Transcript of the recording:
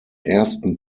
ersten